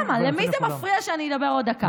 למי זה מפריע שאני אדבר עוד דקה?